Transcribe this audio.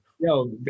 Yo